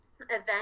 event